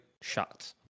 shots